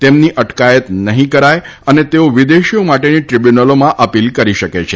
તેમની અટકાયત નહીં કરાય અને તેઓ વિદેશીઓ માટેની દ્રીબ્યુનલોમાં અપીલ કરી શકે છે